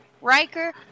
Riker